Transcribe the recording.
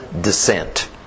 descent